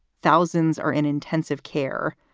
thousands are in intensive care.